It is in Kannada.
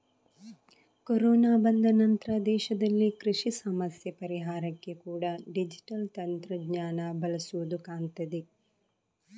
ಕೊರೋನಾ ಬಂದ ನಂತ್ರ ದೇಶದಲ್ಲಿ ಕೃಷಿ ಸಮಸ್ಯೆ ಪರಿಹಾರಕ್ಕೆ ಕೂಡಾ ಡಿಜಿಟಲ್ ತಂತ್ರಜ್ಞಾನ ಬಳಸುದು ಕಾಣ್ತದೆ